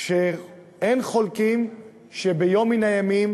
ואין חולקים שביום מן הימים